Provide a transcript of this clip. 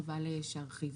חבל שארחיב.